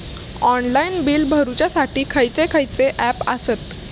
Online bill भरुच्यासाठी खयचे खयचे ऍप आसत?